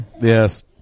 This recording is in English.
Yes